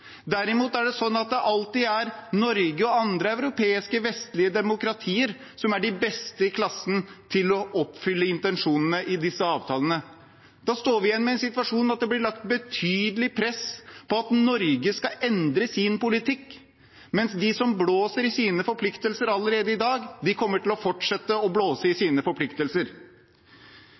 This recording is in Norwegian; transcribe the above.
Derimot er det sånn at det alltid er Norge og andre europeiske vestlige demokratier som er de beste i klassen til å oppfylle intensjonene i disse avtalene. Da står vi igjen med en situasjon der det blir lagt betydelig press på at Norge skal endre sin politikk, mens de som blåser i sine forpliktelser allerede i dag, kommer til å fortsette å blåse i sine forpliktelser.